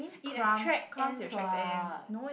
it attract ants what